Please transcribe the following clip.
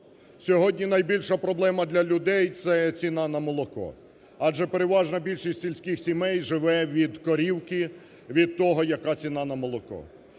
Сьогодні найбільша проблема для людей – це ціна на молоко. Адже переважна більшість сільських сімей живе від корівки, від того, яка ціна на молоко.